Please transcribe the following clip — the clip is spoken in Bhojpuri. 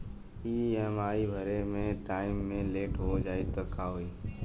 ई.एम.आई भरे के टाइम मे लेट हो जायी त का होई?